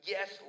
Yes